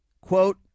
quote